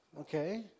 Okay